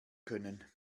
können